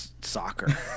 soccer